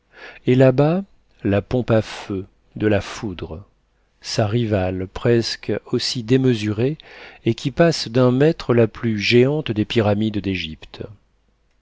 et là-bas la pompe à feu de la foudre sa rivale presque aussi démesurée et qui passe d'un mètre la plus géante des pyramides d'égypte